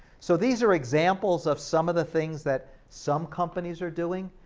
so these are examples of some of the things that some companies are doing.